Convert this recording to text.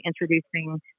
introducing